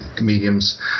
mediums